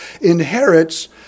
inherits